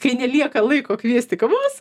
kai nelieka laiko kviesti kavos